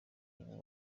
ubu